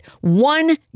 one